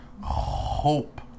Hope